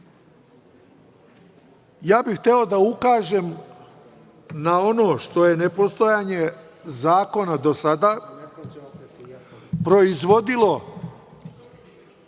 bih da ukažem na ono što je nepostojanje zakona do sada proizvodilo